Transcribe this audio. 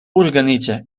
organitza